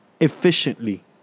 efficiently